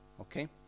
Okay